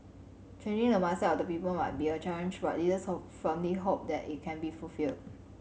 changing the mindset of the people might be a challenge but leaders firmly hope that it can be fulfilled